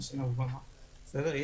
בסדר?